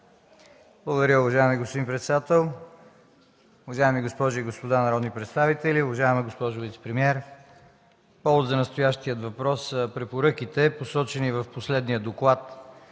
Благодаря, уважаеми господин председател. Уважаеми госпожи и господа народни представители, уважаема госпожо вицепремиер, повод за настоящия въпрос са препоръките, посочени в последния Доклад